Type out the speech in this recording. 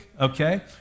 Okay